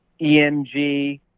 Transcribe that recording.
EMG